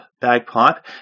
bagpipe